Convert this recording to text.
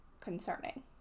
concerning